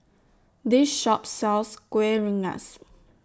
This Shop sells Kuih Rengas